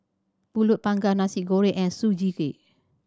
Pulut Panggang Nasi Goreng and Sugee Cake